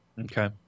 Okay